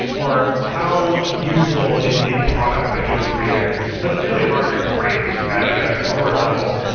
or how useful is the product that you've created? that's really hard to grade at a core level,